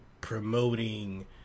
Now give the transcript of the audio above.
promoting